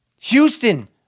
Houston